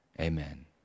amen